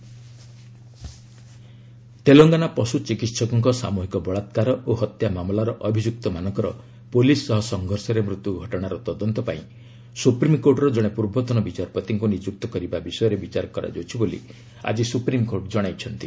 SC encounter Telangana ପଶୁ ଚିକିତ୍ସକଙ୍କ ସାମୁହିକ ବଳାକ୍କାର ଓ ହତ୍ୟାମାମଲାର ଅଭିଯୁକ୍ତମାନଙ୍କର ପୁଲିସ୍ ସହ ସଂଘର୍ଷରେ ମୃତ୍ୟୁ ଘଟଣାର ତଦନ୍ତ ପାଇଁ ସୁପ୍ରିମ୍କୋର୍ଟର ଜଣେ ପୂର୍ବତନ ବିଚାରପତିଙ୍କୁ ନିଯୁକ୍ତ କରିବା ବିଷୟରେ ବିଚାର କରାଯାଉଛି ବୋଲି ଆଜି ସୁପ୍ରିମ୍କୋର୍ଟ ଜଣାଇଛନ୍ତି